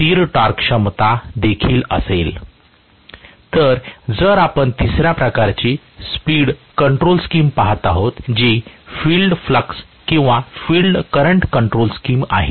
तर जर आपण तिसऱ्या प्रकारची स्पीड कंट्रोल स्कीम पाहत आहोत जी फील्ड फ्लक्स किंवा फील्ड करंट कंट्रोल स्कीम आहे